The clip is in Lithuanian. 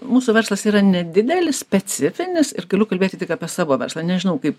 mūsų verslas yra nedidelis specifinis ir galiu kalbėti tik apie savo verslą nežinau kaip